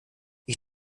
ich